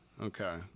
Okay